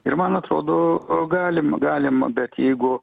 ir man atrodo galim galima bet jeigu